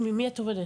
מטעם מי את עובדת?